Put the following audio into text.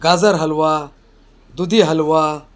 गाजर हलवा दूधी हलवा